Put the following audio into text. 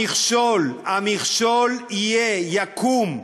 המכשול, יקום,